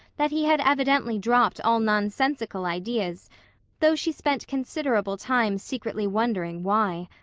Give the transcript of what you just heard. that he had evidently dropped all nonsensical ideas though she spent considerable time secretly wondering why.